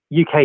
UK